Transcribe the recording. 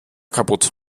kaputt